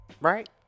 right